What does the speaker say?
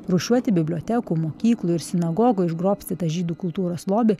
rūšiuoti bibliotekų mokyklų ir sinagogų išgrobstytą žydų kultūros lobį